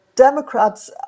Democrats